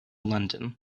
london